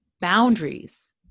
boundaries